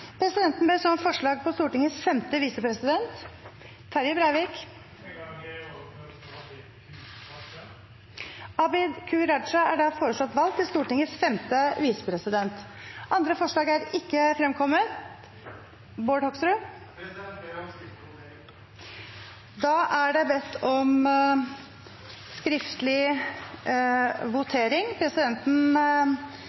Presidenten ber så om forslag på Stortingets femte visepresident. Eg har den gleda å føreslå Abid Q. Raja. Abid Q. Raja er da foreslått valgt til Stortingets femte visepresident. – Andre forslag er ikke fremkommet. Jeg ber om skriftlig votering. Da har Bård Hoksrud bedt